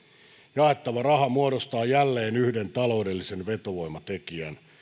jaettava raha muodostaa jälleen yhden taloudellisen vetovoimatekijän